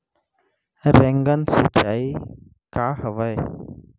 Rain gun सिंचाई का हवय?